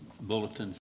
bulletin's